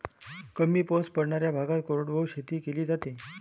कमी पाऊस पडणाऱ्या भागात कोरडवाहू शेती केली जाते